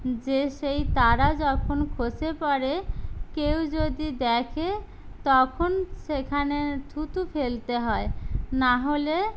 যে সেই তারা যখন খসে পড়ে কেউ যদি দেখে তখন সেখানে থুথু ফেলতে হয় নাহলে